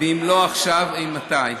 ואם לא עכשיו, אימתי".